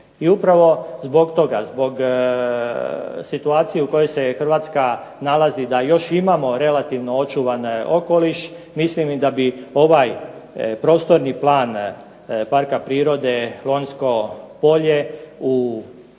I upravo zbog toga, zbog situacije u kojoj se Hrvatska nalazi da još imamo relativno očuvan okoliš mislim da bi ovaj prostorni plan Parka prirode "Lonjsko polje" u svom